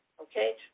okay